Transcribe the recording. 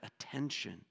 attention